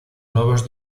nuevos